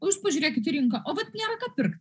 o jūs pažiūrėkit į rinką o va nėra ką pirkt